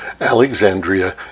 Alexandria